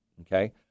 okay